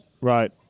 Right